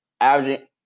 averaging